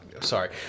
Sorry